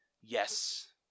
Yes